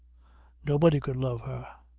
nobody could love her.